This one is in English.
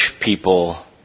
people